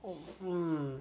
mm